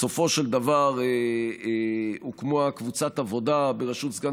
בסופו של דבר הוקמה קבוצת עבודה בראשות סגן